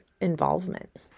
involvement